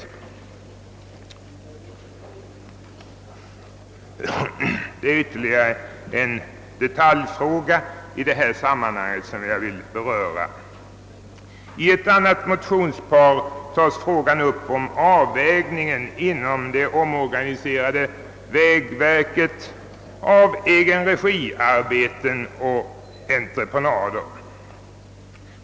Jag vill beröra ytterligare en detaljfråga i detta sammanhang. I ett annat motionspar upptas till behandling frågan om avvägningen mellan verksamhet i egen regi och entreprenader inom det omorganiserade vägverket.